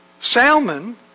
Salmon